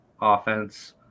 offense